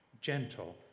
gentle